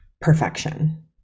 perfection